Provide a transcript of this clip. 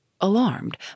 Alarmed